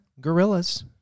gorillas